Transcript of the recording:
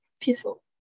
peaceful